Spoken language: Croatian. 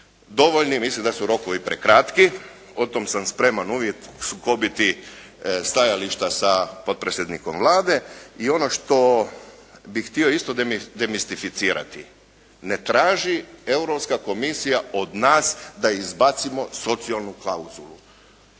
dovoljni, mislim da su rokovi prekratki. O tome sam spreman uvijek sukobiti stajališta sa potpredsjednikom Vlade i ono što bih htio isto demistificirati. Ne traži Europska komisija od nas da izbacimo socijalnu klauzulu.